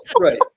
Right